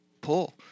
pull